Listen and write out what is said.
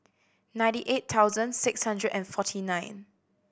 ninety eight thousand six hundred and forty nine